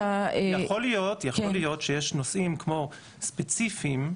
יכול להיות שיש נושאים כמו ספציפיים,